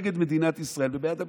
נגד מדינת ישראל ובעד ה-BDS.